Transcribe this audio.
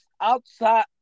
outside